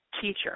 teacher